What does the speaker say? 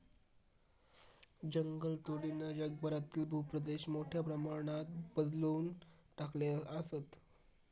जंगलतोडीनं जगभरातील भूप्रदेश मोठ्या प्रमाणात बदलवून टाकले आसत